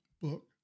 book